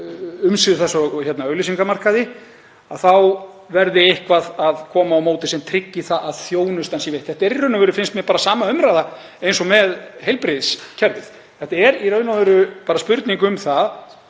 umsvif þess á auglýsingamarkaði, þá verði eitthvað að koma á móti sem tryggir það að þjónustan sé veitt. Þetta er í raun og veru, finnst mér, sama umræða og með heilbrigðiskerfið. Þetta er í raun og veru bara spurning um að